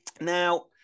Now